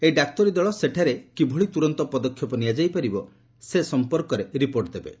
ଏହି ଡାକ୍ତରୀ ଦଳ ସେଠାରେ କିଭଳି ତ୍ରରନ୍ତ ପଦକ୍ଷେପ ନିଆଯାଇ ପାରିବ ସେ ସମ୍ପର୍କରେ ରିପୋର୍ଟ ଦେବେ